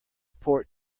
port